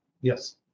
Yes